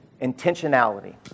Intentionality